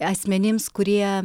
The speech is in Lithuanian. asmenims kurie